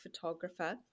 photographer